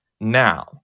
now